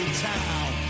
town